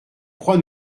croit